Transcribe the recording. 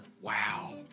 Wow